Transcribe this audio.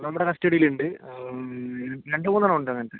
നമ്മുടെ കസ്റ്റഡിയിൽ ഉണ്ട് രണ്ട് മൂന്നെണ്ണം ഉണ്ട് അങ്ങനത്തെ